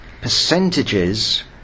percentages